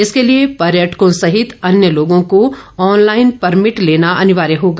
इसके लिए पर्यटकों सहित अन्य लोगों को ऑनलाईन परमिट लेना अनिवार्य होगा